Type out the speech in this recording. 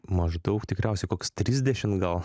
maždaug tikriausiai koks trisdešimt gal